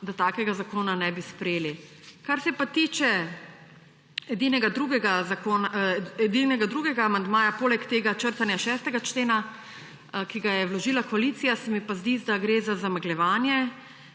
da takega zakona ne bi sprejeli. Kar se pa tiče edinega drugega amandmaja poleg tega črtanja 6. člena, ki ga je vložila koalicija, se mi pa zdi, da gre za zamegljevanje,